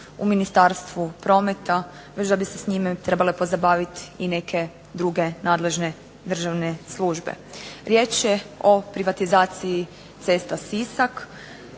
u Ministarstvu prometa, već da bi se s njime trebale pozabaviti i neke druge nadležne državne službe. Riječ je o privatizaciji cesta Sisak,